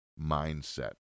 mindset